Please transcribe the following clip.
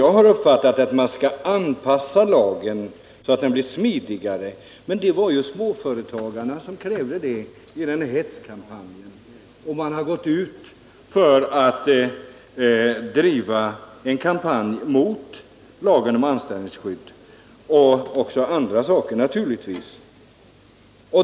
Jag har fattat det så att man vill anpassa lagen och göra den smidigare. Småföretagarna krävde detta i sin hetskampanj. De drev en kampanj mot lagen om anställningsskydd och även mot andra saker naturligtvis.